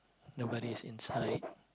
nobody is inside